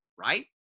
Right